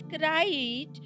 right